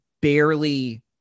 barely